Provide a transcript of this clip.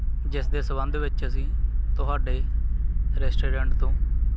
ਜਿਸ ਦੇ ਸੰਬੰਧ ਵਿੱਚ ਅਸੀਂ ਤੁਹਾਡੇ ਰੈਸਟੋਰੈਂਟ ਤੋਂ